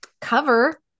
cover